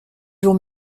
jours